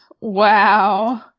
wow